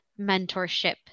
mentorship